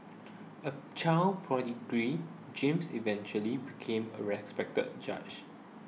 a child prodigy James eventually became a respected judge